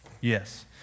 Yes